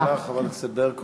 תודה רבה לך, חברת הכנסת ברקו.